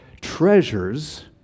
treasures